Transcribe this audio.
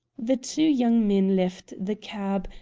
the two young men left the cab,